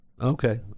okay